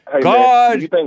God